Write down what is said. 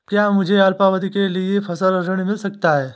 क्या मुझे अल्पावधि के लिए फसल ऋण मिल सकता है?